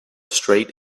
straight